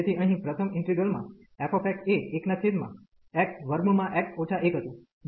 તેથી અહીં પ્રથમ ઇન્ટિગ્રલમાં f એ 1xx 1 હતું